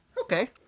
Okay